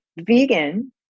vegan